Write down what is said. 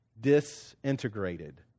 disintegrated